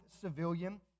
civilian